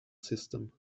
system